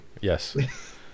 Yes